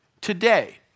today